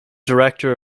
director